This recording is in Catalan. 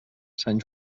sant